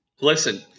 Listen